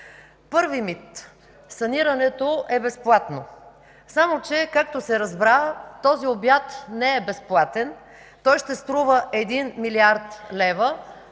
Първи мит – санирането е безплатно. Само че, както се разбра, този обяд не е безплатен. Той ще струва 1 млрд. лв.,